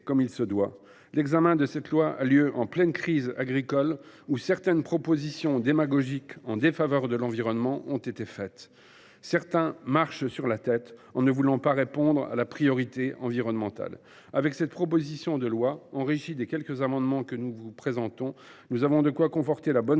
de l’ivraie. L’examen de ce texte a lieu en pleine crise agricole, alors que certaines propositions démagogiques en défaveur de l’environnement ont été faites. Certains marchent sur la tête en ne voulant pas tenir compte de la priorité environnementale. Avec cette proposition de loi, enrichie des quelques amendements que nous vous présenterons, nous avons de quoi conforter la bonne